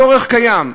הצורך קיים.